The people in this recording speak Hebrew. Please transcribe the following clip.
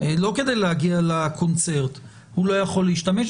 לא כדי להגיע לקונצרט, הוא לא יכול להשתמש.